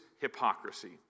hypocrisy